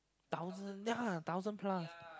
thousand ya thousand plus